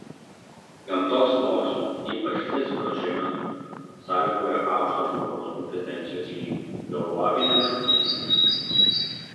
gamtos mokslų ypač fizikos žinios sąlygoja aukštą žmogaus kompetencijos lygį jo loginę mąstyseną